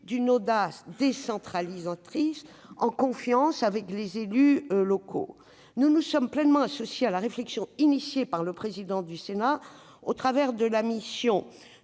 d'une audace décentralisatrice, en confiance avec les élus locaux. Dans cet esprit, nous nous sommes pleinement associés à la réflexion initiée par le président du Sénat, à travers la mission